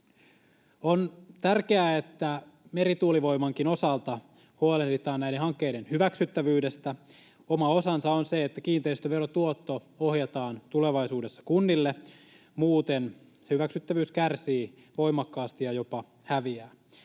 On tärkeää, että merituulivoimankin osalta huolehditaan näiden hankkeiden hyväksyttävyydestä. Oma osansa on sillä, että kiinteistöverotuotto ohjataan tulevaisuudessa kunnille, muuten hyväksyttävyys kärsii voimakkaasti ja jopa häviää.